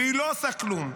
והיא לא עושה כלום.